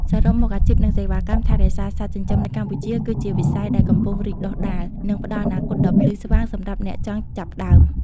សរុបមក អាជីព និងសេវាកម្មថែរក្សាសត្វចិញ្ចឹមនៅកម្ពុជា គឺជាវិស័យដែលកំពុងរីកដុះដាល និងផ្តល់អនាគតដ៏ភ្លឺស្វាងសម្រាប់អ្នកចង់ចាប់ផ្ដើម។